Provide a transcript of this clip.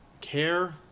care